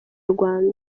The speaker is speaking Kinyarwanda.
rwanda